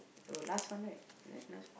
oh last one right there last one